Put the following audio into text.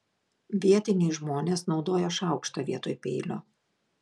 vietiniai žmonės naudoja šaukštą vietoj peilio